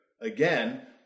Again